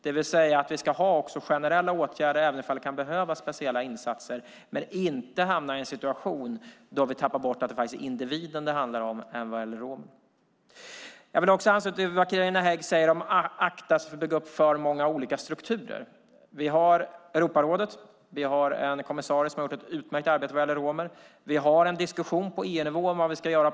Det vill säga att vi också ska ha generella åtgärder även om det kan behövas speciella insatser. Vi ska inte tappa bort att det är individen det handlar om också när det gäller romer. Jag vill också ansluta mig till vad Carina Hägg säger om att vi ska akta oss för att bygga upp för många olika strukturer. Vi har Europarådet och en kommissarie som har gjort ett utmärkt arbete när det gäller romer. Vi har en diskussion på EU-nivå om vad vi ska göra.